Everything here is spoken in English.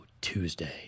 Tuesday